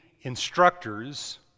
instructors